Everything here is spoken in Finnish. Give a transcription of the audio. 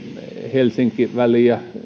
helsinki väliä